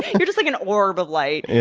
you're just like an orb of light. yeah